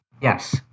Yes